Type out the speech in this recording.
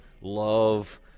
love